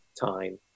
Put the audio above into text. time